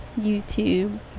YouTube